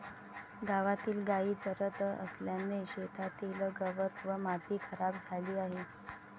गावातील गायी चरत असल्याने शेतातील गवत व माती खराब झाली आहे